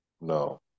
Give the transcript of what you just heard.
no